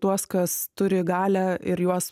tuos kas turi galią ir juos